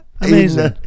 Amazing